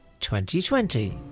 2020